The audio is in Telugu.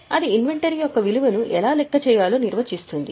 అది ఇన్వెంటరీ యొక్క విలువను ఎలా లెక్క చేయాలో నిర్వచిస్తుంది